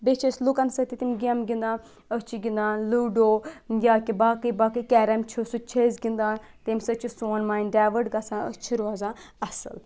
بیٚیہِ چھِ أسۍ لُکَن سٕتۍ تہِ تِم گیمہٕ گِنٛدان أسۍ چھِ گِنٛدان لوٗڑو یا کہ باقٕے باقٕے کٮ۪رَم چھُ سُہ تہِ چھِ أسۍ گِنٛدان تمہِ سۭتۍ چھِ سون مایِنٛڈ ڈٲیوٲٹ گژھان أسۍ چھِ روزان اَصٕل